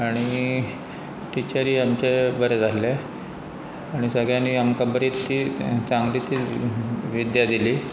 आनी टिचरीय आमचे बरें जाल्ले आनी सगळ्यांनी आमकां बरी ती चांगली ती विद्या दिली